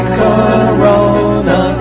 corona